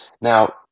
Now